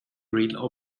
real